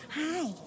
Hi